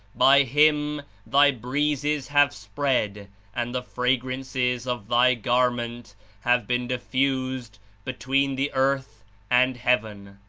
by him thy breezes have spread and the fragrances of thy garment have been diffused between the earth and heaven.